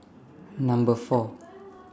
Number four